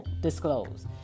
disclose